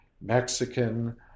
Mexican